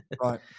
Right